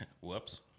Whoops